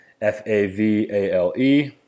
F-A-V-A-L-E